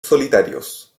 solitarios